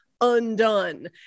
undone